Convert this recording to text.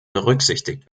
berücksichtigt